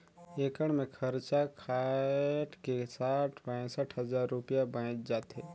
एकड़ मे खरचा कायट के साठ पैंसठ हजार रूपिया बांयच जाथे